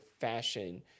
fashion